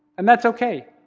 and that's okay.